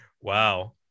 wow